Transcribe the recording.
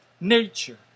nature